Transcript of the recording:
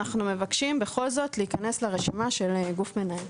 אנחנו מבקשים בכל זאת להיכנס לרשימה של גוף מנהל.